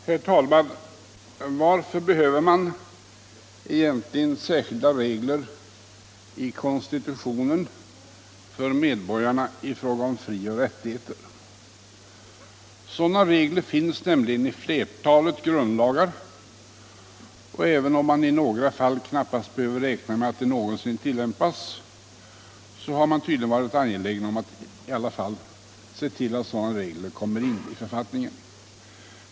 Herr talman! Varför behöver man egentligen särskilda regler i konstitutionen för medborgarna i fråga om frioch rättigheter? Sådana regler finns nämligen i flertalet grundlagar. Även om man i några fall knappast behöver räkna med att de någonsin tillämpas har man tydligen i alla fall varit angelägen om att se till att sådana regler kommer in i författningen.